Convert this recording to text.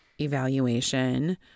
evaluation